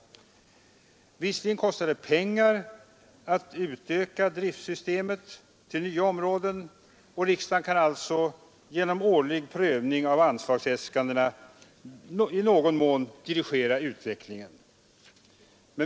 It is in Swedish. Visserligen kostar det pengar att utöka driftsystemet till nya områden, och riksdagen kan alltså genom årlig prövning av anslagsäskandena i någon mån dirigera utvecklingen.